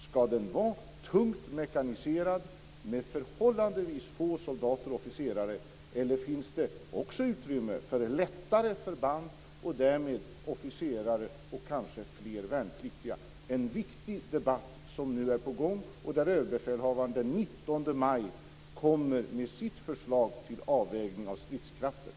Skall den vara tungt mekaniserad med förhållandevis få soldater och officerare, eller finns det också utrymme för lättare förband och därmed fler officerare och kanske fler värnpliktiga? Det är en viktig debatt som nu är på gång. Överbefälhavaren kommer den 19 maj med sitt förslag till avvägning av stridskrafterna.